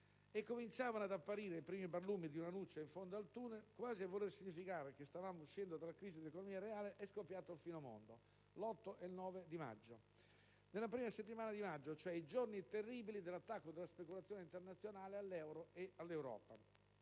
e cominciavano ad apparire i primi barlumi di una luce in fondo al tunnel, quasi a voler significare che stavamo uscendo dalla crisi dell'economia reale, è scoppiato il finimondo nella prima settimana, in particolare nei giorni 8 e 9 maggio: i giorni terribili dell'attacco della speculazione internazionale all'euro e all'Europa.